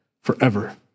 forever